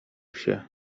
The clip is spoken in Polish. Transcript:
się